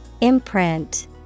Imprint